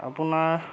আপোনাৰ